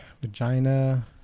Vagina